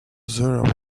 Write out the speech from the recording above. there